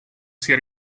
sia